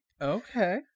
Okay